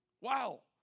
Wow